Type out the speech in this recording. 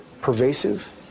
pervasive